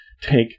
take